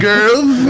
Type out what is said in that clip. Girls